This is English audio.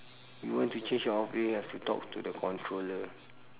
you want to change your off day you have to talk to the controller